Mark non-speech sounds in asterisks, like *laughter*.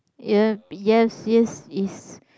*noise* yes yes is